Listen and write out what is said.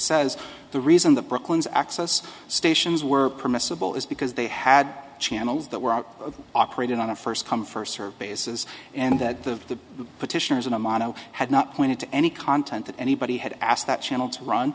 says the reason the brooklyn's access stations were permissible is because they had channels that were operated on a first come first serve basis and that the petitioners and amano had not pointed to any content that anybody had asked that channel to run